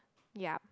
ya